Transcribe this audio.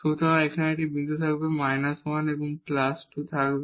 সুতরাং এখানে একটি বিন্দু থাকবে এবং −1 এবং 2 থাকবে